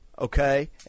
okay